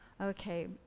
Okay